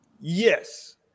Yes